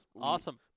Awesome